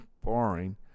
boring